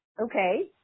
okay